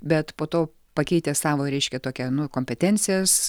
bet po to pakeitę savo reiškia tokią nu kompetencijas